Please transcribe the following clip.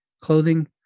clothing